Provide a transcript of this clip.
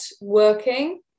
working